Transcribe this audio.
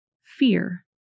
fear